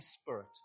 Spirit